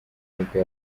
nibwo